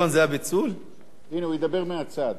הנה, הוא ידבר מהצד.